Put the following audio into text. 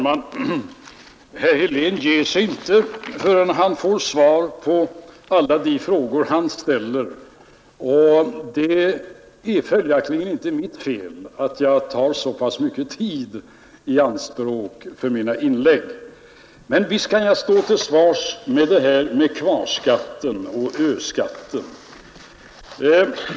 Herr talman! Herr Helén ger sig inte förrän han får svar på alla de frågor han ställer, och det är följaktligen inte mitt fel att jag tar så pass mycket tid i anspråk för mina inlägg. Men visst kan jag stå till svars vad det gäller frågan om kvarskatten och ö-skatten.